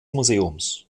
museums